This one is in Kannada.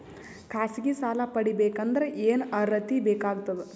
ಖಾಸಗಿ ಸಾಲ ಪಡಿಬೇಕಂದರ ಏನ್ ಅರ್ಹತಿ ಬೇಕಾಗತದ?